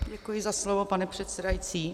Děkuji za slovo, pane předsedající.